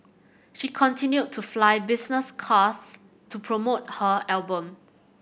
she continued to fly business class to promote her album